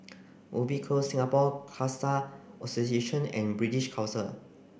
Ubi Close Singapore Khalsa Association and British Council